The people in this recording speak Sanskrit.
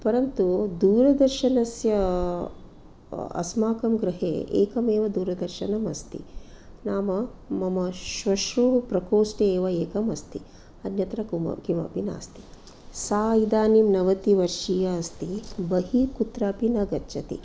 परन्तु दूरदर्शनस्य अस्माकं गृहे एकमेव दूरदर्शनम् अस्ति नाम मम श्वश्रुः प्रकोष्टे एव एकमस्ति अन्यत्र किमपि नास्ति सा इदानीं नवतिवर्षीया अस्ति बहिः कुत्रापि न गच्छति